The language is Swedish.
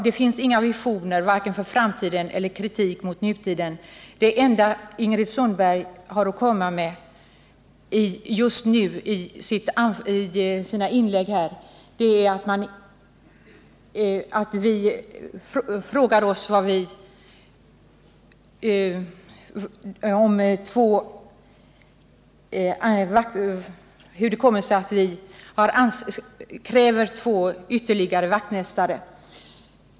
Där finns varken visioner för framtiden eller kritik mot nutiden. Det enda Ingrid Sundberg har att komma med i sina inlägg här är att hon frågar oss hur det kommer sig att vi kräver ytterligare två vaktmästartjänster.